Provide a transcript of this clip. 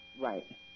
Right